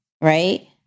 Right